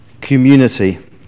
community